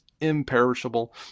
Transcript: imperishable